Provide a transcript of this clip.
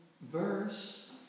verse